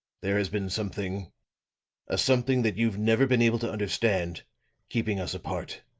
there has been something a something that you've never been able to understand keeping us apart.